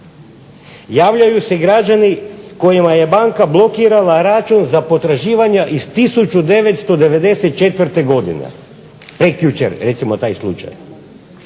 Javljaju se građani kojima je banka blokirala račun za potraživanja iz 1994. godine. Prekjučer, recimo taj slučaj.